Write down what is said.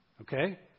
Okay